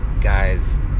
guys